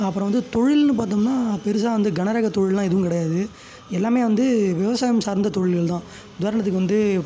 அப்புறம் வந்து தொழில்னு பார்த்தோம்னா பெரிசா வந்து கனரக தொழிலெலாம் எதுவும் கிடையாது எல்லாம் வந்து விவசாயம் சார்ந்த தொழில்கள் தான் உதாரணத்துக்கு வந்து